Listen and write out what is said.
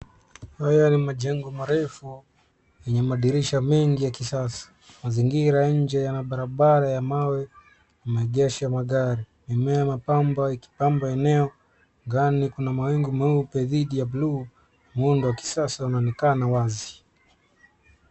Haya ni majengo marefu yenye madirisha mengi ya kisasa. Mazingira ya nje yana barabara ya mawe , na maegesho ya gari. Mimea ya mapambo ikipamba eneo. Angani kuna mawingu meupe dhidi ya bluu. Muundo wa kisasa unaonekana wazi